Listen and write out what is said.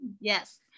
yes